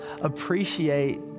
Appreciate